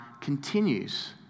continues